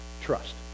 Trust